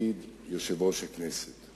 לתפקיד יושב-ראש הכנסת.